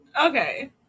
Okay